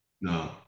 No